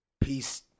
Peace